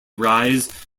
rise